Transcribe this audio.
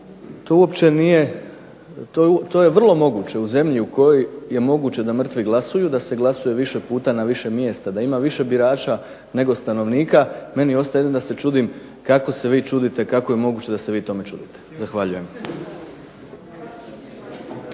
E pa vidite to je vrlo moguće u zemlji u kojoj je moguće da mrtvi glasuju, da se glasuje više puta na više mjesta, da ima više birača nego stanovnika. Meni ostaje jedino da se čudim kako se vi čudite kako je moguće da se vi tome čudite. Zahvaljujem.